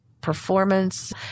performance